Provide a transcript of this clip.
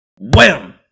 Wham